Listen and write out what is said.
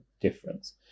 difference